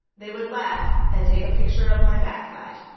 they would laugh and take a picture of my backside.